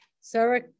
Sarah